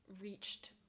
reached